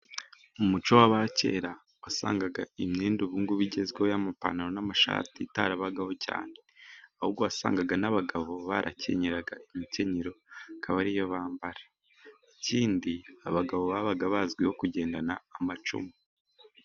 Umuco w'abakera wasangaga imyenda ubungubu igezweho y'amapantaro n'amashati itarabagaho cyane, ahubwo wasangaga n'abagabo barakenyeraga imikenyero akaba ariyo bambara, ikindi abagabo babaga bazwiho kugendana amacumu.